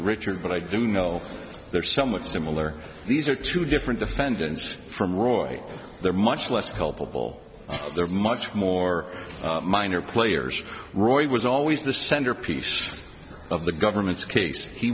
richard but i do know they're somewhat similar these are two different defendants from roy they're much less culpable they're much more minor players roy he was always the centerpiece of the government's case he